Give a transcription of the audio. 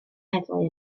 heddlu